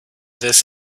this